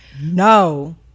no